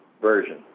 version